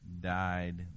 died